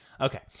Okay